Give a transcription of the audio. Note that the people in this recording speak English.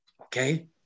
okay